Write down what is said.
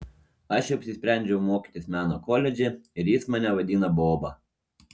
aš jau apsisprendžiau mokytis meno koledže ir jis mane vadina boba